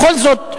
בכל זאת,